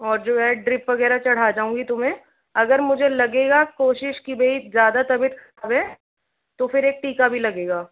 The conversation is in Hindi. और जो है ड्रिप वगैरह चढ़ा जाऊँगी तुम्हें अगर मुझे लगेगा कोशिश कि भई ज़्यादा तबीयत खराब है तो फिर एक टीका भी लगेगा